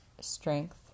Strength